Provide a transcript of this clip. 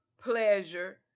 pleasure